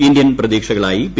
Indian പ്രതീക്ഷകളായി P